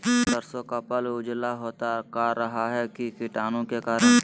सरसो का पल उजला होता का रहा है की कीटाणु के करण?